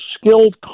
skilled